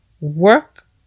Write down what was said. work